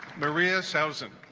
maria thousand